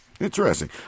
Interesting